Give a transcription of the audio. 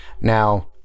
Now